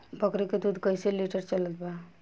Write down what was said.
बकरी के दूध कइसे लिटर चलत बा?